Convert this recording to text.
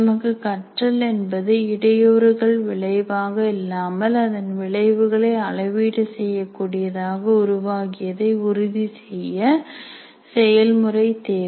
நமக்கு கற்றல் என்பது இடையூறுகள் விளைவாக இல்லாமல் அதன் விளைவுகளை அளவீடு செய்யக்கூடியதாக உருவாகியதை உறுதி செய்ய செயல்முறை தேவை